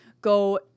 go